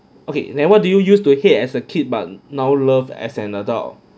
okay then what do you use to hate as a kid but now love as an adult